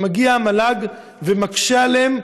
מגיעה המל"ג ומקשה עליהם,